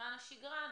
בזמן השגרה,